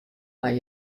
mei